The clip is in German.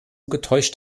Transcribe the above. getäuscht